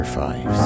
five